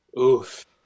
Oof